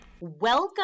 Welcome